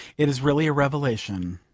it is really a revelation.